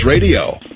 Radio